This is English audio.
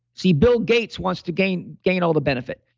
see bill gates wants to gain gain all the benefit.